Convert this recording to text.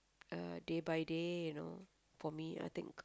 uh day by day you know for me I think